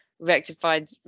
rectified